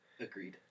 Agreed